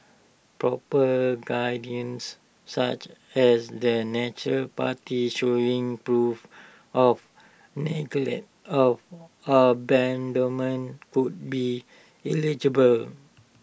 proper such as the neutral party showing proof of neglect or abandonment could be illegible